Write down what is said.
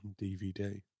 DVD